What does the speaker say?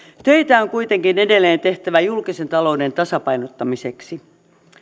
töitä on kuitenkin edelleen tehtävä julkisen talouden tasapainottamiseksi